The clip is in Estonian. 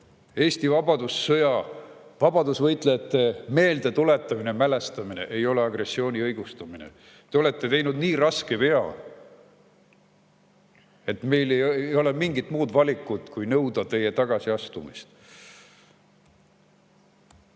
Eesti vabadusvõitlejate meeldetuletamine ja mälestamine ei ole agressiooni õigustamine. Te olete teinud nii raske vea, et meil ei ole muud valikut kui nõuda teie tagasiastumist.